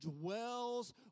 dwells